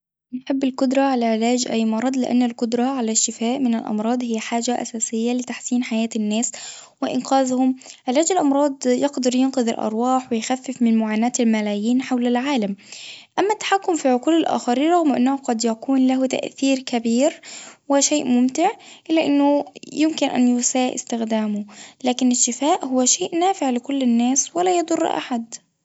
نحب القدرة على علاج أي مرض لإن القدرة على الشفاء من الأمراض هي حاجة أساسية لتحسين حياة الناس وإنقاذهم، علاج الأمراض يقدر ينقذ الأرواح ويخفف من معاناة الملايين حول العالم أما التحكم في عقول الآخرين رغم أنه قد يكون له تأثير كبير وشيء ممتع إلا إنه يمكن أن يساء استخدامه، لكن الشفاء هو شيء نافع لكل الناس ولا يضر أحد.